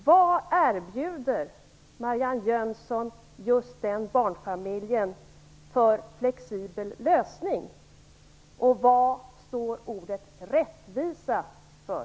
Vad erbjuder Marianne Jönsson just de barnfamiljerna för flexibla lösningar? Vad står ordet rättvisa för?